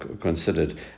considered